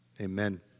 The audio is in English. Amen